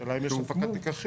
השלה אם יש הפקת לקחים?